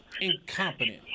incompetent